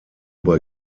bei